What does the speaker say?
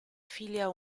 figlia